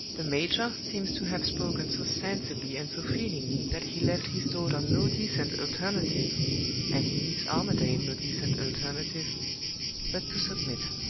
the major seems to have spoken so sensibly and so feelingly that he left his daughter no decent alternative and he leaves armadale no decent alternative but to submit.